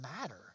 matter